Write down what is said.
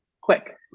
quick